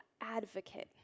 advocate